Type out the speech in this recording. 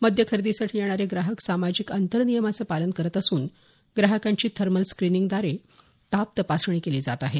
मद्य खरेदीसाठी येणारे ग्राहक सामाजिक आंतर नियमाचं पालन करत करत असून ग्राहकांची थर्मल स्क्रिनिंगव्दारे ताप तपासणी केली जात आहे